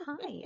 Hi